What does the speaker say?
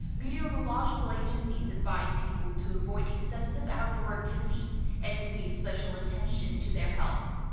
meteorological agencies advise people to avoid excessive outdoor activities and to pay special attention to their health.